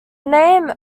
name